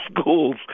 schools